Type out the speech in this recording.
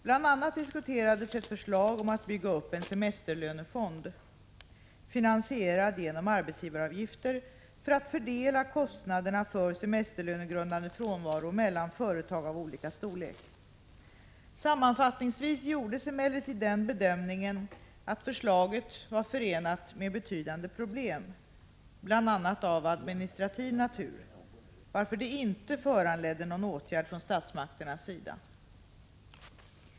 Bl.a. diskuterades ett förslag om att bygga upp en semesterlönefond, finansierad genom arbetsgivaravgifter, för att fördela kostnaderna för semesterlönegrundande frånvaro mellan företag av olika storlek. Sammanfattningsvis gjordes emellertid den bedömningen att förslaget var förenat med betydande problem, bl.a. av administrativ natur, varför det inte föranledde någon åtgärd från statsmakternas sida.